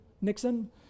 Nixon